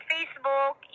Facebook